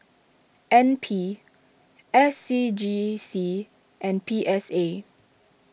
N P S C G C and P S A